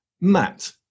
Matt